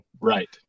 Right